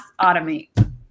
automate